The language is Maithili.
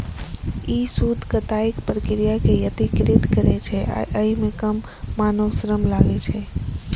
ई सूत कताइक प्रक्रिया कें यत्रीकृत करै छै आ अय मे कम मानव श्रम लागै छै